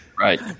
right